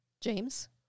James